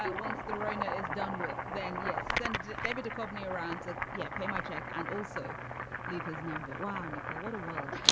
ah once the rohner is done with, then, yes, send david a copy around to. yeah. pay my check and also leave his number. wow. nicole, what a world.